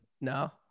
No